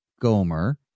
Gomer